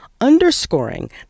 underscoring